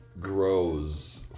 grows